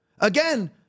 Again